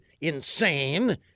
insane